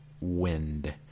wind